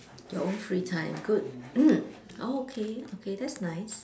your own free time good mm oh okay okay that's nice